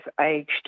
aged